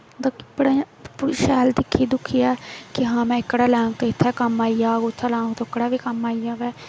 ते कपड़े शैल दिक्खी दुक्खियै कि हां में एह्कड़ा लैङ ते इत्थै लाङ ते ओह्कड़ै बी कम्म आई जाह्ग